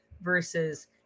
versus